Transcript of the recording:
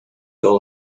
all